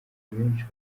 benshi